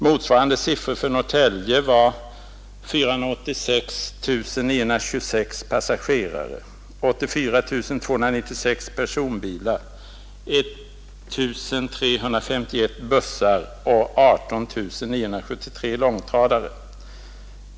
Motsvarande siffror för Norrtälje hamn var 486 926 passagerare, 84 296 personbilar, 1 351 bussar och 18 973 långtradare.